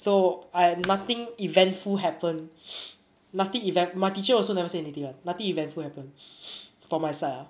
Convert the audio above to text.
so I had nothing eventful happen nothing event~ my teacher also never say anything [one] nothing eventful happen for my side ah